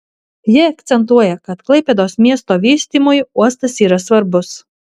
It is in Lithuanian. ji akcentuoja kad klaipėdos miesto vystymui uostas yra svarbus